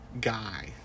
guy